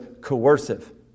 coercive